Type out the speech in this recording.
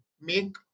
make